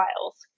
files